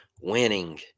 winning